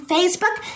Facebook